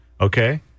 Okay